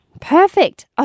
Perfect